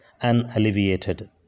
unalleviated